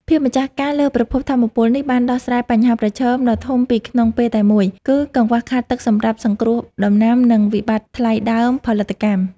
ភាពម្ចាស់ការលើប្រភពថាមពលនេះ បានដោះស្រាយបញ្ហាប្រឈមដ៏ធំពីរក្នុងពេលតែមួយ គឺកង្វះខាតទឹកសម្រាប់សង្គ្រោះដំណាំ និងវិបត្តិថ្លៃដើមផលិតកម្ម។